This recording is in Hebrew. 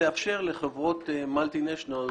שתאפשר לחברות מולטינשיונל,